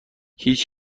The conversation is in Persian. هیچ